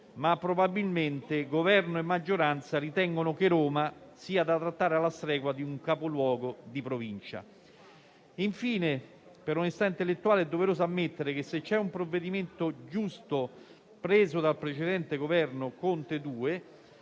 ma probabilmente Governo e maggioranza ritengono che Roma sia da trattare alla stregua di un capoluogo di provincia. Infine, per onestà intellettuale è doveroso ammettere che, se c'è un provvedimento giusto assunto dal precedente Governo Conte II,